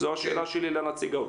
זו השאלה שלי לנציג האוצר.